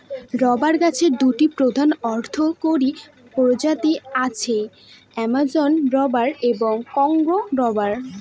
rubber গাছের দুটি প্রধান অর্থকরী প্রজাতি আছে, অ্যামাজন রবার এবং কংগো রবার